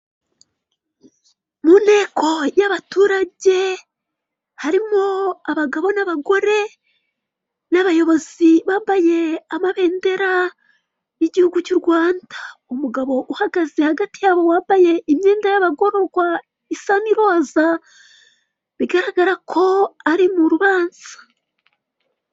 Mu nteko y'abaturage harimo abagabo n'abagore n'abayobozi bambaye amabendera y'igihu cy'u Rwanda. Umugabo uhagaze hagati yabo wambaye imyenda y'abagororwa isa n'iroza bigaragara ko ari mu rubanza.